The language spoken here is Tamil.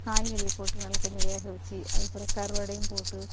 காய்கறி போட்டு நல்லா கொஞ்சோம் வேக வச்சி அதுக்கு பிறவு கருவாடையும் போட்டு